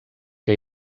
que